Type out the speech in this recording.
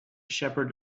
shepherd